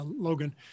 Logan